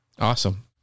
Awesome